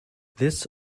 this